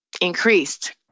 increased